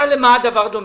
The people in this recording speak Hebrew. משל למה הדבר הדומה?